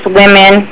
women